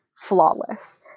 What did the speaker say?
flawless